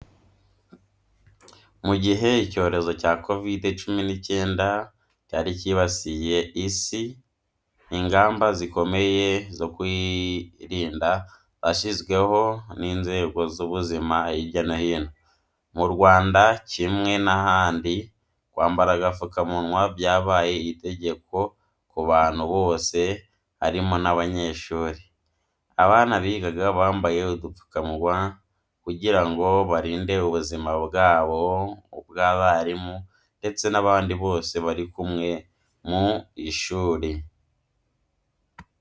Mu gihe icyorezo cya kovidi cumi n'icyenda cyari cyibasiye Isi, ingamba zikomeye zo kwirinda zashyizweho n’inzego z’ubuzima hirya no hino. Mu Rwanda, kimwe n'ahandi, kwambara agapfukamunwa byabaye itegeko ku bantu bose, harimo n’abanyeshuri. Abana bigaga bambaye udupfukamunwa kugira ngo barinde ubuzima bwabo, ubw’abarimu, ndetse n’abandi bose bari kumwe mu ishuri.